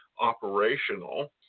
operational